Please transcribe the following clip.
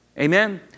Amen